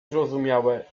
zrozumiałe